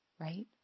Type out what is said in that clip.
right